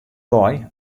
wei